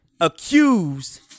accused